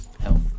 health